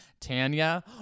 Tanya